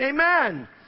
Amen